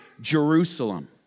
Jerusalem